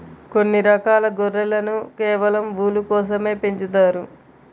కొన్ని రకాల గొర్రెలను కేవలం ఊలు కోసమే పెంచుతారు